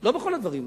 לא בכל הדברים,